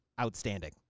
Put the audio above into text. outstanding